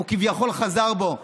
הוא כביכול חזר בו.